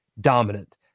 dominant